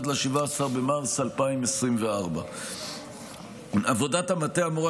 עד 17 במרץ 2024. עבודת המטה האמורה